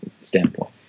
standpoint